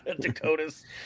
Dakota's